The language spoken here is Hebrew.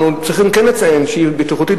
אנחנו כן צריכים לציין שהיא בטיחותית,